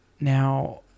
Now